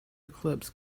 eclipse